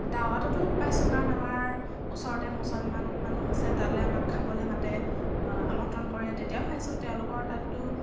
দাৱাতটো পাইছোঁ কাৰণ আমাৰ ওচৰতে মুছলমান মানুহ আছে তালে আমাক খাবলৈ মাতে আমন্ত্ৰণ কৰে তেতিয়াও খাইছোঁ তেওঁলোকৰ তাততো